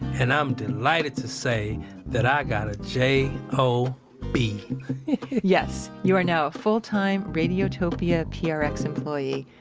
and i'm delighted to say that i got a j o b yes, you are now a full-time radiotopia prx employee,